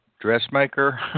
dressmaker